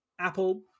Apple